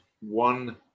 one